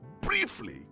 briefly